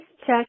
check